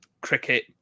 cricket